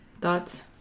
thoughts